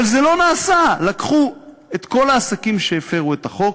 אבל זה לא נעשה: לקחו את כל העסקים שהפרו את החוק,